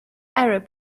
arab